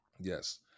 Yes